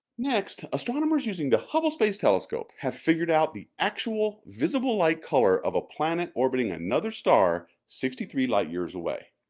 next, astronomers using the hubble space telescope have figured out the actual visible-light color of a planet orbiting another star sixty three light-years away.